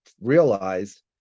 realized